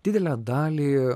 didelę dalį